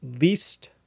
least